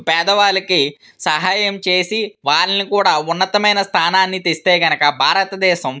పేదవాళ్ళకి సహాయం చేసి వాళ్ళని కూడా ఉన్నతమైన స్థానాన్ని తెస్తే కనుక భారతదేశం